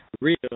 real